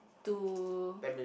to